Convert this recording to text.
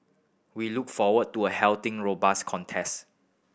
we look forward to a healthy robust contest